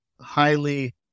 highly